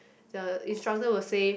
the instructor will say